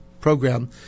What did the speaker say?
program